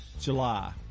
July